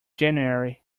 january